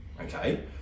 okay